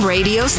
Radio